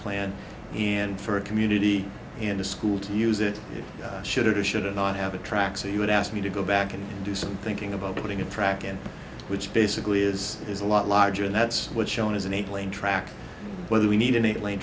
plan and for a community and a school to use it should or should it not have a track so you would ask me to go back and do some thinking about putting a track in which basically is is a lot larger and that's what shown is an eight lane track whether we need an eight lane